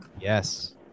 Yes